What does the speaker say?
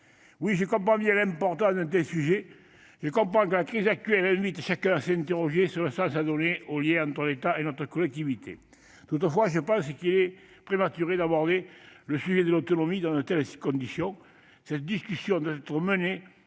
je comprends l'importance d'un tel sujet ; je comprends que la crise actuelle invite chacun à s'interroger sur le sens à donner au lien entre l'État et cette collectivité. Toutefois, je crois qu'il est prématuré d'aborder le sujet de l'autonomie dans de telles conditions. Cette discussion doit être menée